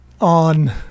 on